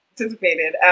anticipated